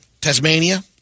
Tasmania